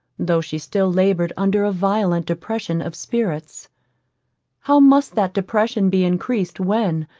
though she still laboured under a violent depression of spirits how must that depression be encreased, when,